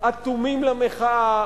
אטומים למחאה,